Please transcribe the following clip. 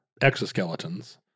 exoskeletons